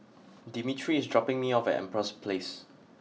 Dimitri is dropping me off at empress place